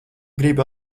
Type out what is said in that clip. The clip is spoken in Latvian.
gribi